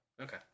Okay